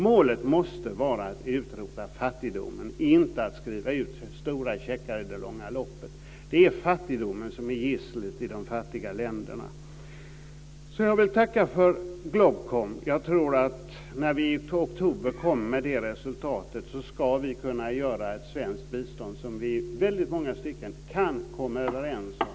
Målet måste vara att utrota fattigdomen, inte att skriva ut stora checkar i det långa loppet. Det är fattigdomen som är gisslet i de fattiga länderna. Jag vill alltså tacka för GLOBKOM. Jag tror att vi när vi i oktober får resultatet ska kunna göra ett svenskt bistånd som vi i långa stycken kan vara överens om.